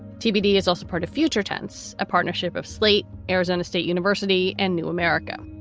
tbd is also part of future tense, a partnership of slate, arizona state university and new america.